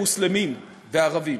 מוסלמים וערבים.